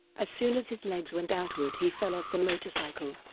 as soon as his legs went outward he fell off the motorcycle